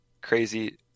crazy